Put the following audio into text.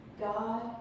God